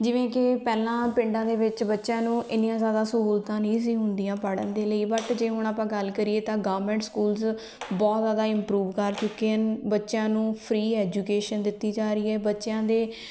ਜਿਵੇਂ ਕਿ ਪਹਿਲਾਂ ਪਿੰਡਾਂ ਦੇ ਵਿੱਚ ਬੱਚਿਆਂ ਨੂੰ ਐਨੀਆਂ ਜ਼ਿਆਦਾ ਸਹੂਲਤਾਂ ਨਹੀਂ ਸੀ ਹੁੰਦੀਆਂ ਪੜ੍ਹਨ ਦੇ ਲਈ ਬਟ ਜੇ ਹੁਣ ਆਪਾਂ ਗੱਲ ਕਰੀਏ ਤਾਂ ਗਵਰਮੈਂਟ ਸਕੂਲਸ ਬਹੁਤ ਜ਼ਿਆਦਾ ਇੰਪਰੂਵ ਕਰ ਚੁੱਕੇ ਹਨ ਬੱਚਿਆਂ ਨੂੰ ਫਰੀ ਐਜੂਕੇਸ਼ਨ ਦਿੱਤੀ ਜਾ ਰਹੀ ਹੈ ਬੱਚਿਆਂ ਦੇ